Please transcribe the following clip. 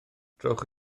trowch